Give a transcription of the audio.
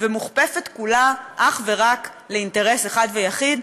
ומוכפפת כולה אך ורק לאינטרס אחד ויחיד,